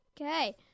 Okay